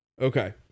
Okay